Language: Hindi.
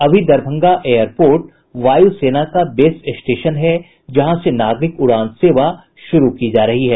अभी दरभंगा एयरपोर्ट वायुसेना का बेस स्टेशन है जहां से नागरिक उड़ान सेवा शुरू की जा रही है